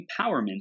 empowerment